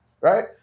right